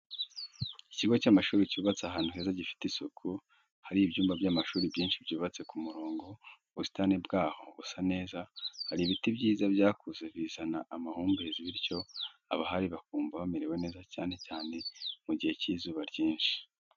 Ikigo cy'amashuri cyubatse ahantu heza gifite isuku, hari ibyumba by'amashuri byinshi byubatse ku murongo, ubusitani bwaho busa neza, hari ibiti byiza byakuze bizana amahumbezi bityo abahari bakumva bamerewe neza cyane cyane mu gihe cy'izuba ryinshi.